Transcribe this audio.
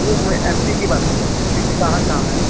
नहीं मैं M P की बात कर रहा हूँ एम पी में कहाँ कहाँ है